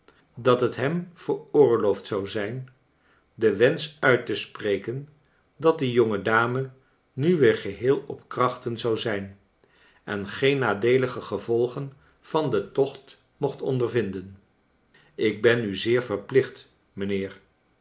dat het hem veroorloofd zou zijn den wensch uit te sprekeu dat die jonge dame nu weer geheel op krachten zou zijn en geen nadeelige gevolgen van den tocht mocht ondervinden ik ben u zeer verplicht mijnheer